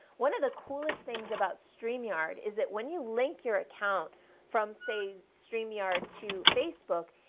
one of the coolest things about stream yard is that when you link your account from save stream yard to facebook,